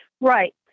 Right